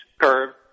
curve